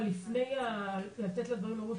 אבל לפני הלתת לדברים לרוץ,